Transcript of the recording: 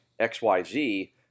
XYZ